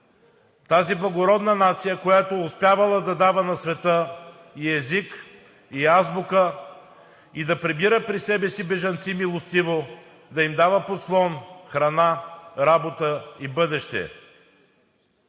Тази благородна нация, която е успявала да дава на света и език, и азбука, и да прибира при себе си бежанци милостиво, да им дава подслон, храна, работа и бъдеще!